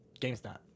GameStop